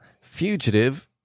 fugitive